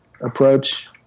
approach